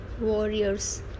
warriors